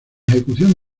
ejecución